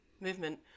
movement